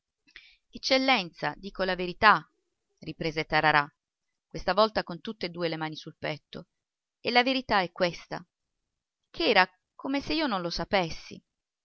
eccellenza dico la verità riprese tararà questa volta con tutt'e due le mani sul petto e la verità è questa che era come se io non lo sapessi